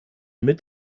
mit